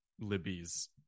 libby's